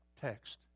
text